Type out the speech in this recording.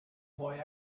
boy